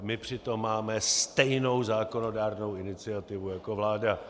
My přitom máme stejnou zákonodárnou iniciativu jako vláda.